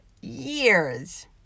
years